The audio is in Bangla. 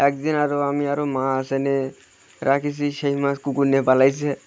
একদিন আরও আমি আরও মাছ এনে রেখেছি সেই মাছ কুকুর নিয়ে পালিয়েছে